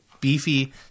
beefy